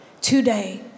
Today